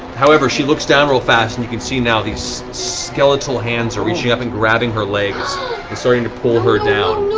however, she looks down real fast, and you can see now these skeletal hands are reaching up and grabbing her legs and starting to pull her down.